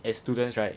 as students right